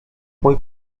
mój